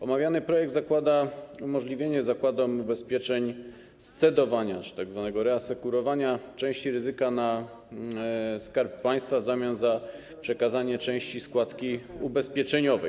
Omawiany projekt zakłada umożliwienie zakładom ubezpieczeń scedowania czy tzw. reasekurowania części ryzyka na Skarb Państwa w zamian za przekazanie części składki ubezpieczeniowej.